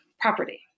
property